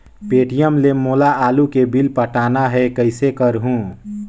Paytm ले मोला आलू के बिल पटाना हे, कइसे करहुँ?